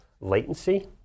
latency